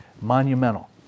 monumental